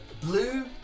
Blue